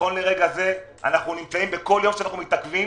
נכון לרגע זה אנחנו נמצאים כל יום שאנחנו מתעכבים